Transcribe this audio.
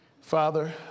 Father